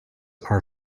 are